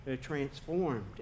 transformed